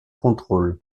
contrôle